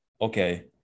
okay